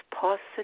positive